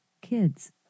Kids